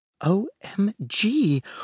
OMG